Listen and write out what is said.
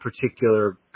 particular